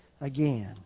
again